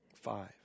Five